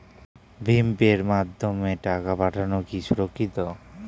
ভিম পের মাধ্যমে টাকা পাঠানো কি সুরক্ষিত?